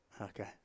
Okay